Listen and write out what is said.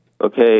Okay